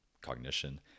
cognition